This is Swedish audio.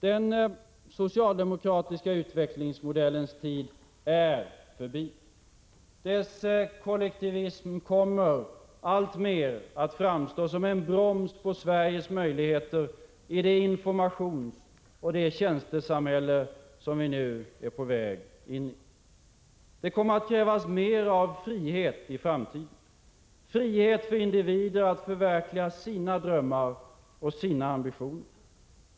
Den socialdemokratiska utvecklingsmodellens tid är förbi. Dess kollektivism kommer alltmer att framstå som en broms på Sveriges möjligheter i det informationsoch tjänstesamhälle vi nu är på väg in i. Det kommer att krävas mer av frihet i framtiden. Frihet för individer att förverkliga sina drömmar och sina ambitioner.